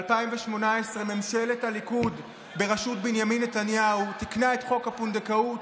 ב-2018 ממשלת הליכוד בראשות בנימין נתניהו תיקנה את חוק הפונדקאות